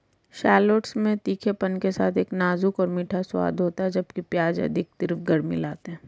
shallots में तीखेपन के साथ एक नाजुक और मीठा स्वाद होता है, जबकि प्याज अधिक तीव्र गर्मी लाते हैं